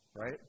Right